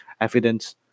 evidence